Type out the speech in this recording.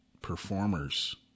performers